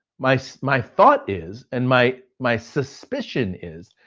my so my thought is and my my suspicion is,